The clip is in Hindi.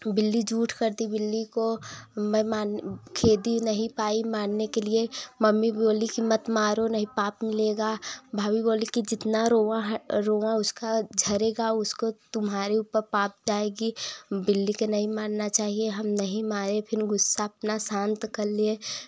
बिल्ली जूठ कर दी बिल्ली को मैं मारने खेदी नहीं पाई मारने के लिए मम्मी बोली कि मत मारो पाप मिलेगा भाभी बोली कि जितना रोंवा रोंवा उसका झड़ेगा उसको तुम्हारे ऊपर पाप जाएगी बिल्ली के नहीं मारना चाहिए हम नहीं मारे फिर गुस्सा अपना शांत कर लिए